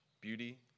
beauty